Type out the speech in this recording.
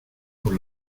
por